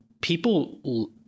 people